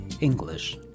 English